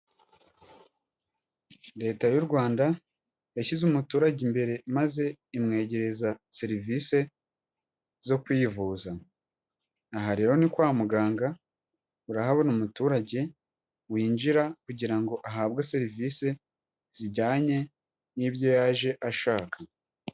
Leta y'u rwanda yashyize umuturage imbere maze imwegereza serivisi zo kwivuza, aha rero ni kwa muganga, urahabona umuturage winjira kugira ngo ahabwe serivisi zijyanye n'ibyo yaje ashaka.